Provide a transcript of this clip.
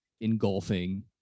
Engulfing